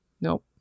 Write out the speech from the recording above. Nope